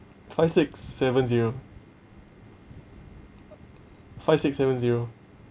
five six seven zero five six seven zero